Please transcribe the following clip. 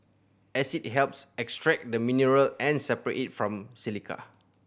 acid helps extract the mineral and separate it from silica